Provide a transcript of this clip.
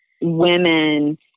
women